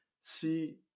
see